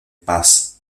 paz